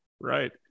Right